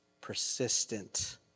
persistent